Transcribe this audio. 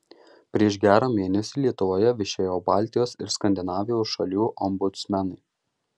prieš gerą mėnesį lietuvoje viešėjo baltijos ir skandinavijos šalių ombudsmenai